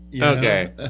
Okay